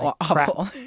awful